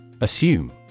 Assume